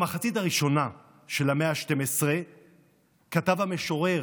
במחצית הראשונה של המאה ה-12 כתב המשורר